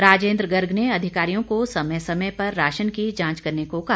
राजेन्द्र गर्ग ने अधिकारियों को समय समय पर राशन की जांच करने को कहा